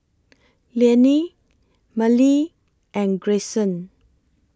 Liane Mellie and Grayson